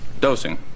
Dosing